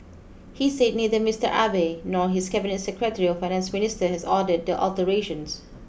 he said neither Mister Abe nor his cabinet secretary or finance minister has ordered the alterations